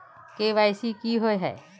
KYC की हिये है?